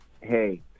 Hey